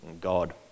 God